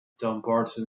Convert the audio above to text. dumbarton